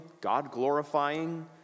God-glorifying